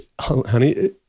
Honey